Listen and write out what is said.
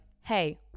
hey